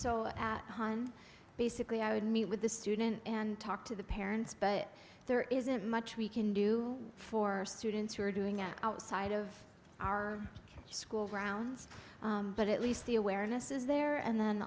o basically i would meet with the student and talk to the parents but there isn't much we can do for students who are doing outside of our school grounds but at least the awareness is there and then